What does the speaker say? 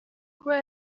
kuba